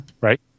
Right